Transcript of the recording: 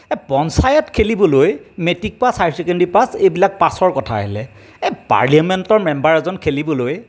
পঞ্চায়ত খেলিবলৈ matric pass high secondary pass এইবিলাক পাছৰ কথা আহিলে পাৰ্লিয়ামেণ্টৰ মেম্বাৰ এজন খেলিবলৈ